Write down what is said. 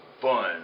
fun